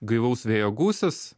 gaivaus vėjo gūsis